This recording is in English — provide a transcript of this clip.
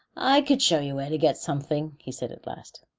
i could show you where to get something, he said at last.